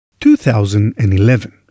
2011